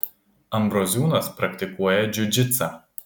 ambroziūnas praktikuoja džiudžitsą